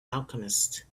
alchemist